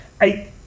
Eight